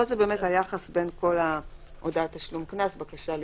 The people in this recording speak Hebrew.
פה זה היחס בין הודעת תשלום קנס, בקשה להישפט,